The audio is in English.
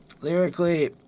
lyrically